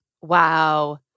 Wow